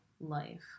life